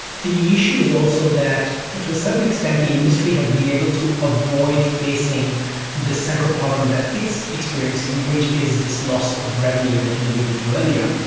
the issue is also that to a certain extent the industry has been able to avoid facing the central problem that it's experiencing which is this loss of revenue that you alluded to earlier.